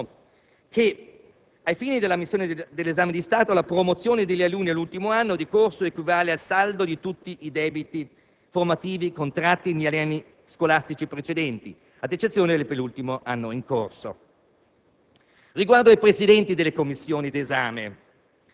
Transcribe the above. Inoltre, era nostro intento far inserire, sempre all'articolo 1, che, ai fini dell'ammissione all'esame di Stato, la promozione degli alunni all'ultimo anno di corso equivale al saldo di tutti i debiti formativi contratti negli anni scolastici precedenti, ad eccezione del penultimo anno in corso.